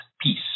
peace